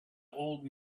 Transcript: old